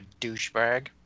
douchebag